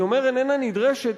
אני אומר איננה נדרשת,